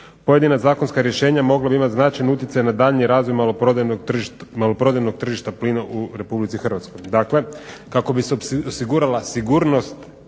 pojedina zakonska rješenja mogla bi imati značajan utjecaj na daljnji razvoj maloprodajnog tržišta plina u RH. Dakle,